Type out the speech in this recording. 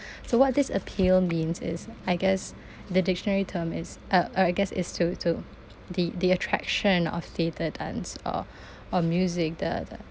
so what this appeal means is I guess the dictionary term is uh uh I guess is to to the the attraction of theatre dance or or music the the